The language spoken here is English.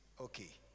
okay